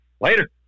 Later